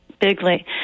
bigly